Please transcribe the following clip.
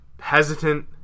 hesitant